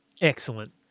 Excellent